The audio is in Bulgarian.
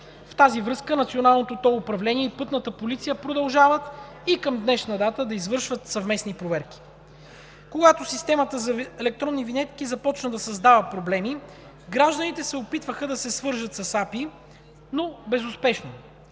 В тази връзка Националното тол управление и „Пътна полиция“ продължават и към днешна дата да извършват съвместни проверки. Когато системата за електронни винетки започва да създава проблеми, гражданите се опитваха да се свържат с АПИ, но безуспешно.